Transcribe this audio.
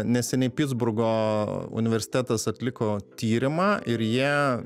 neseniai pitsburgo universitetas atliko tyrimą ir jie